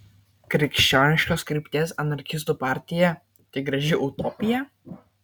krikščioniškos krypties anarchistų partija tai graži utopija